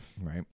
Right